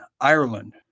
Ireland